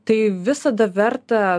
tai visada verta